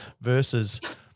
versus